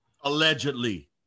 allegedly